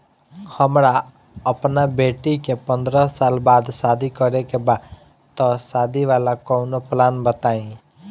हमरा अपना बेटी के पंद्रह साल बाद शादी करे के बा त शादी वाला कऊनो प्लान बताई?